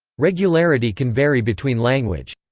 regularity can vary between language.